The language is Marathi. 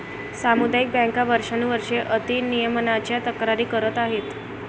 सामुदायिक बँका वर्षानुवर्षे अति नियमनाच्या तक्रारी करत आहेत